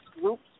groups